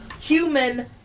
human